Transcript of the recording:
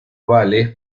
vales